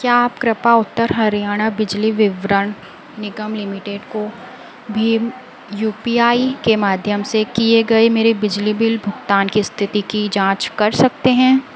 क्या आप कृपया उत्तर हरियाणा बिजली विवरण निगम लिमिटेड को भीम यू पी आई के माध्यम से किए गए मेरे बिजली बिल भुगतान की स्थिति की जाँच कर सकते हैं